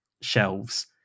shelves